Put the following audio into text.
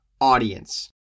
audience